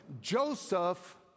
Joseph